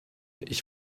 ich